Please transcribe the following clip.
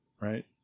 right